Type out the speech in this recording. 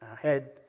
head